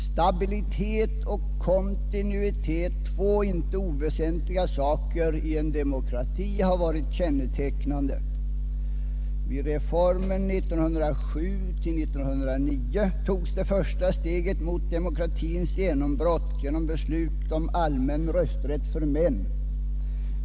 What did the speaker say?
Stabilitet och kontinuitet — två inte oväsentliga saker i en demokrati — har varit kännetecknen. Vid reformen 1907—1909 togs det första steget mot demokratins genombrott genom beslutet om allmän rösträtt för män.